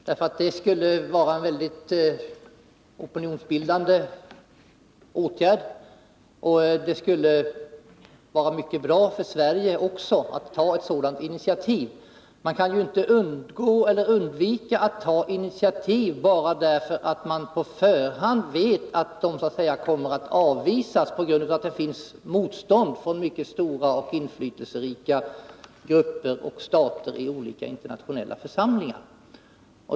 Det skulle vara en mycket opinionsbildande åtgärd, och det skulle vara mycket bra också för Sverige att ta ett sådant initiativ. Man kan inte underlåta att ta initiativ bara därför att man på förhand vet att de så att säga kommer att avvisas därför att det finns motstånd hos mycket stora och inflytelserika grupper och stater i olika internationella församlingar.